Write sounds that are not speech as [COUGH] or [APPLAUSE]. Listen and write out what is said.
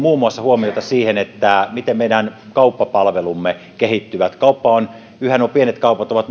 huomiota muun muassa siihen miten meidän kauppapalvelumme kehittyvät nuo pienet kaupat ovat [UNINTELLIGIBLE]